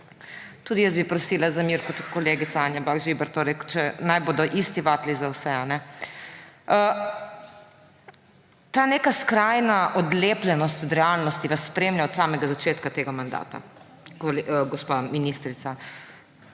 tudi jaz bi prosila za mir, kot je kolegica Anja Bah Žibert, naj bodo isti vatli za vse − Ta neka skrajna odlepljenost od realnosti vas spremlja od samega začetka tega mandata, gospa ministrica.